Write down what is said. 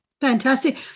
Fantastic